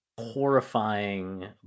horrifying